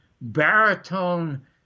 baritone